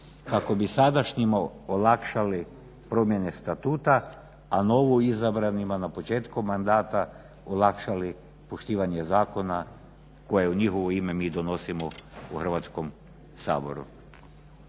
kako bi sadašnjima olakšali promjene statuta, a novoizabranima na početku mandata olakšali poštivanje zakona koje u njihovo ime mi donosimo u Hrvatskom saboru.